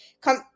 come